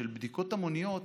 של בדיקות המוניות